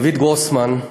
דויד גרוסמן,